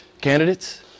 candidates